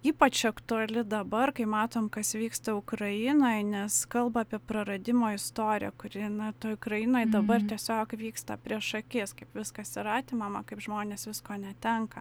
ypač aktuali dabar kai matom kas vyksta ukrainoj nes kalba apie praradimo istoriją kuri na toj ukrainoj dabar tiesiog vyksta prieš akis kaip viskas yra atimama kaip žmonės visko netenka